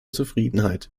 zufriedenheit